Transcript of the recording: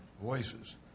voices